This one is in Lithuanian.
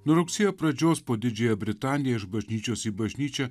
nuo rugsėjo pradžios po didžiąją britaniją iš bažnyčios į bažnyčią